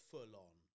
Full-on